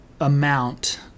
amount